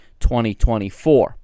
2024